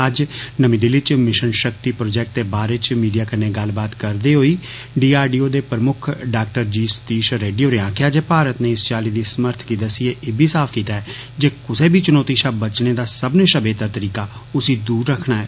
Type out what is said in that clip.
अज नमीं दिल्ली च मिषन षक्ति प्रोजेक्ट दे बारै च मीडिया कन्नै गल्लबात करदे होई डीआरडीओ दे प्रमुक्ख डा जी सतीष रैड्डी होरें आक्खेआ जे भारत नै इस चाल्ली दी समर्थ गी दस्सियै इब्बी साफ कीता ऐ जे कुसै बी चुनौती षा बचने दा समने षा बेहतर तरीका उस्सी दूर रक्खना ऐ